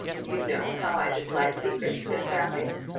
you know how i dislike secrets in families.